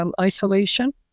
isolation